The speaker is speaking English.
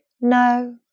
no